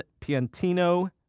Piantino